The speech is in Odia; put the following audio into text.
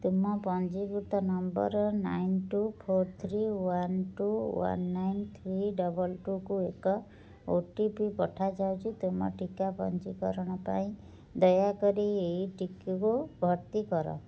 ତୁମ ପଞ୍ଜୀକୃତ number nine two four three one two one nine three double ଟୁକୁ ଏକ ଓ ଟି ପି ପଠାଯାଉଛି ତୁମ ଟିକା ପଞ୍ଜୀକରଣ ପାଇଁ ଦୟାକରି ଏଇଟିକକୁ ଭର୍ତ୍ତି କର